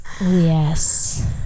yes